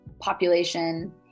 population